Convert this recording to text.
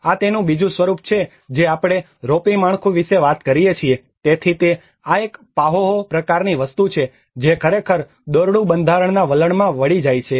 આ તેનુ બીજું સ્વરૂપ છે જે આપણે રોપી માળખું વિશે વાત કરીએ છીએ તેથી તે આ એક પાહોહો પ્રકારની વસ્તુ છે જે ખરેખર દોરડું બંધારણના વલણમાં વળી જાય છે